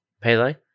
Pele